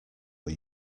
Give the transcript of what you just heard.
are